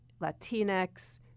Latinx